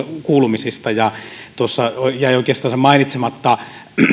kuulumisista tuossa jäi oikeastaan mainitsematta